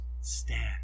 stand